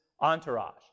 entourage